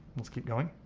let's keep going.